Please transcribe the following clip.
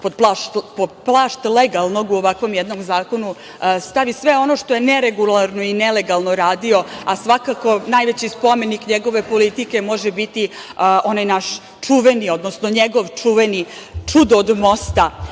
pod plašt legalnog u ovakvom jednom zakonu stavi sve ono što je neregularno i nelegalno radio, a svakako najveći spomenik njegove politike može biti onaj naš čuveni, odnosno njegovo čudo od mosta. Čudo